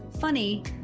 funny